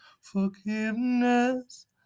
Forgiveness